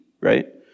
right